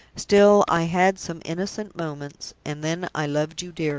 still, i had some innocent moments, and then i loved you dearly.